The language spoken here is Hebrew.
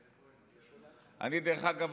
אגב,